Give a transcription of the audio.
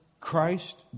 Christ